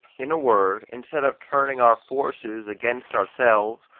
in a word, instead of turning our forces against ourselves,